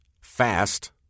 fast